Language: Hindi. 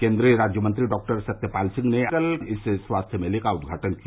केन्द्रीय राज्यमंत्री डॉक्टर सत्यपाल सिंह ने कल इस स्वास्थ्य मेले का उद्घाटन किया